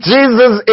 Jesus